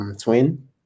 twin